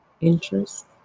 interest